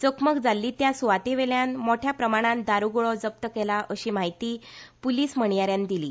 चकमक जाल्ली त्या सुवातेवेल्यान मोठ्या प्रमाणान दारूगुळो जप्त केला अशी म्हायती पुलीस म्हणयाऱ्यांन दिली